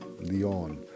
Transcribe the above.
Leon